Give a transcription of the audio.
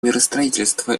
миростроительство